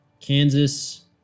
Kansas